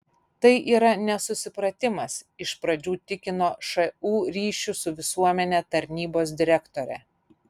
tai yra nesusipratimas iš pradžių tikino šu ryšių su visuomene tarnybos direktorė